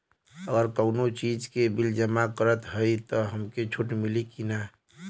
अगर कउनो चीज़ के बिल जमा करत हई तब हमके छूट मिली कि ना?